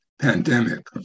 pandemic